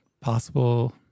possible